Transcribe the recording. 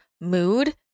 mood